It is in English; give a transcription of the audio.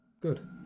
Good